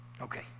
Okay